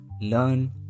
learn